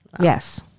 Yes